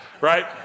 right